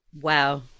Wow